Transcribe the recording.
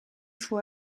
faut